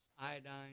iodine